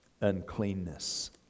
uncleanness